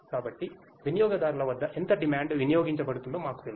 కాబట్టి వినియోగదారుల వద్ద ఎంత డిమాండ్ వినియోగించబడుతుందో మాకు తెలుసు